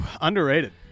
underrated